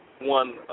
one